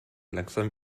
langsam